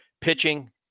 Pitching